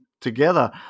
together